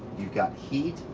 you've got heat,